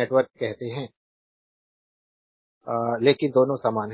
network कहते हैं लेकिन दोनों समान हैं